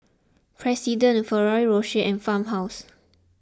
President Ferrero Rocher and Farmhouse